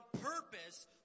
purpose